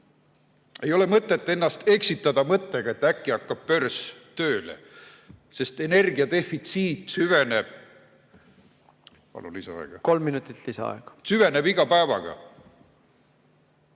Ei ole mõtet ennast eksitada mõttega, et äkki hakkab börs tööle, sest energiadefitsiit süveneb. Palun lisaaega. Kolm minutit lisaaega. Kolm minutit lisaaega.